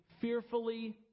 fearfully